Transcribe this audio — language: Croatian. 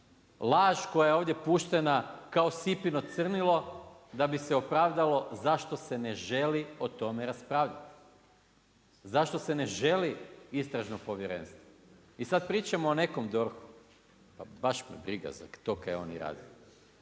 laž koja je ovdje puštena kao sipino crnilo, da bi se opravdalo zašto se ne želi o tome raspravljati. Zašto se ne želi istražno povjerenstvo. I sad pričamo o nekom DORH-u, pa baš me briga za to kaj oni rade.